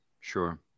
Sure